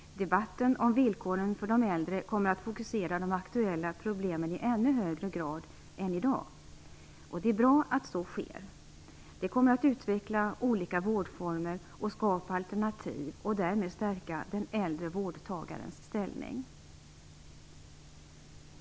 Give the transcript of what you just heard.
Debatten om villkoren för de äldre kommer att fokusera de aktuella problemen i ännu högre grad än i dag. Det är bra att så sker. Det kommer att utveckla olika vårdformer och skapa alternativ och därmed stärka den äldre vårdtagarens ställning.